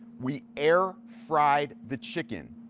we air fried the chicken.